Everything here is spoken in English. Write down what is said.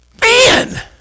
Man